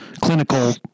clinical